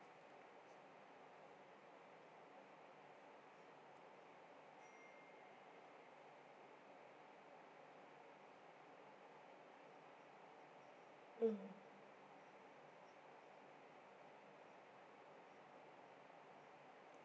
mm